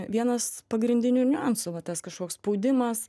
vienas pagrindinių niuansų va tas kažkoks spaudimas